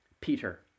Peter